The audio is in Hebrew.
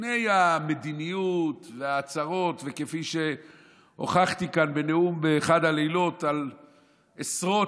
לפני המדיניות וההצהרות וכפי שהוכחתי כאן בנאום באחד הלילות על עשרות,